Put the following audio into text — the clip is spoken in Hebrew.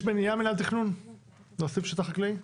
יש מניעה מינהל התכנון להוסיף שטח חקלאי?